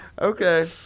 Okay